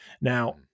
Now